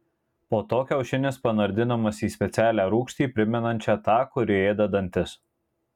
po to kiaušinis panardinamas į specialią rūgštį primenančią tą kuri ėda dantis